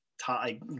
tie